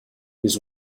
his